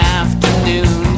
afternoon